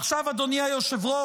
עכשיו, אדוני היושב-ראש,